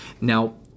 Now